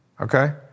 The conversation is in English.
okay